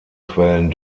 quellen